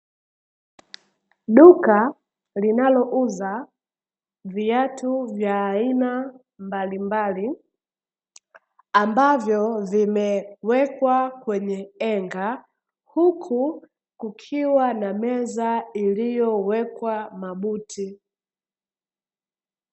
Duka linalouza viatu vya aina mbalimbali ambavyo vimewekwa kwenye henga, huku kukiwa na meza iliyowekwa mabuti.